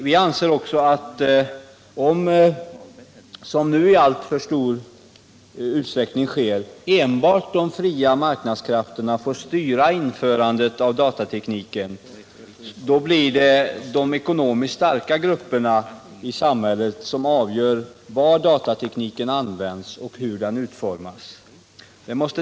Vi anser också, att om — som nu sker i alltför stor utsträckning — enbart de fria marknadskrafterna får styra införandet av datatekniken, blir det de ekonomiskt starka grupperna i samhället som avgör var datatekniken skall användas och hur den skall utformas.